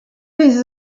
les